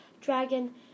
dragon